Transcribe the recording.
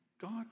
God